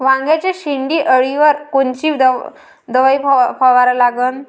वांग्याच्या शेंडी अळीवर कोनची दवाई फवारा लागन?